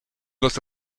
los